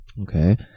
Okay